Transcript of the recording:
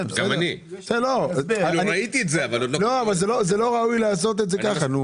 זה לא ראוי לעשות את זה ככה.